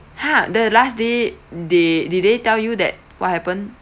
ha the last day they did they tell you that what happen